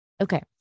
Okay